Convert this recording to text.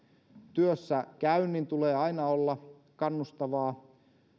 työssäkäynnin tulee aina olla kannustavaa